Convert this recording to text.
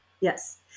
Yes